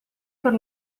per